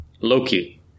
Loki